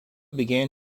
began